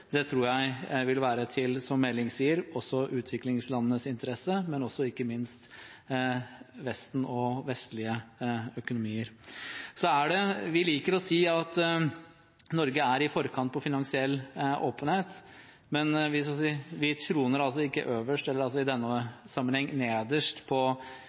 tror jeg, som Meling sier, vil være i utviklingslandenes interesse, men også – og ikke minst – i Vestens og vestlige økonomiers interesse. Vi liker å si at Norge er i forkant når det gjelder finansiell åpenhet, men vi troner ikke øverst – i denne sammenheng ligger vi nederst – på